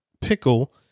pickle